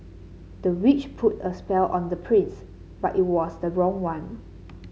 the witch put a spell on the prince but it was the wrong one